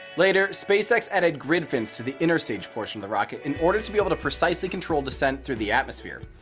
later spacex added grid-fins to the interstage portion of the rocket in order to be able to precisely control descent through the atmosphere.